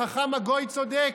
החכם הגוי צודק,